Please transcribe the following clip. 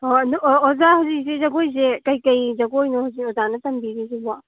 ꯍꯣ ꯑꯗꯣ ꯑꯣꯖꯥ ꯍꯧꯖꯤꯛꯁꯦ ꯖꯒꯣꯏꯁꯦ ꯀꯩꯀꯩ ꯖꯒꯣꯏꯅꯣ ꯍꯧꯖꯤꯛ ꯑꯣꯖꯥꯅ ꯇꯝꯕꯤꯔꯤꯁꯤꯕꯣ